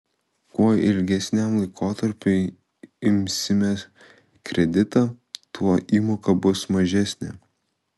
kuo ilgesniam laikotarpiui imsime kreditą tuo įmoka bus mažesnė